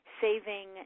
saving